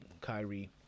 Kyrie